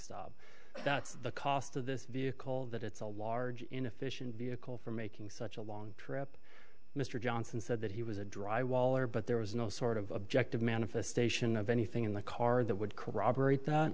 stop that's the cost of this vehicle that it's a large inefficient vehicle for making such a long trip mr johnson said that he was a dry waller but there was no sort of objective manifestation of anything in the car that would corroborate that